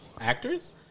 Actors